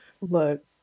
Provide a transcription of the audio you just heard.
look